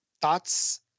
Thoughts